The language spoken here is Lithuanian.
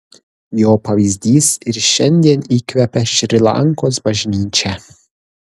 jo pavyzdys ir šiandien įkvepia šri lankos bažnyčią